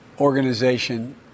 organization